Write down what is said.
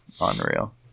unreal